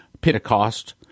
Pentecost